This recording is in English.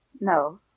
No